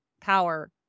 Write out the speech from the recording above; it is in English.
power